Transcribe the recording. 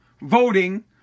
voting